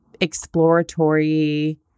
exploratory